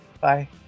Bye